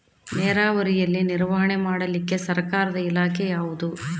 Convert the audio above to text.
ನೇರಾವರಿಯಲ್ಲಿ ನಿರ್ವಹಣೆ ಮಾಡಲಿಕ್ಕೆ ಸರ್ಕಾರದ ಇಲಾಖೆ ಯಾವುದು?